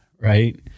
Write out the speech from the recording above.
right